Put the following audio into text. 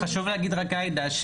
חשוב להגיד עאידה,